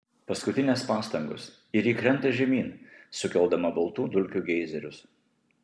paskutinės pastangos ir ji krenta žemyn sukeldama baltų dulkių geizerius